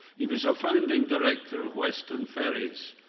he was our founding director of western ferries,